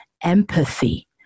empathy